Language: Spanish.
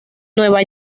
nueva